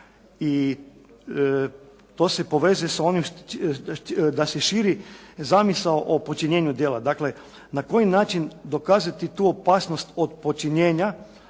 i to se povezuje sa onim da se širi zamisao o počinjenju djela, dakle na koji način dokazati tu opasnost od počinjenja